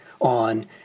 on